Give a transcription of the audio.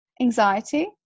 anxiety